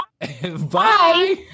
Bye